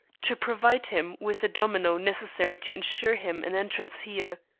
to provide him with the domino necessary to insure him an entrance here.